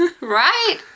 right